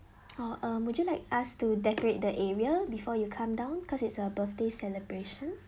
or uh would you like us to decorate the area before you come down because it's a birthday celebration